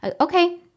okay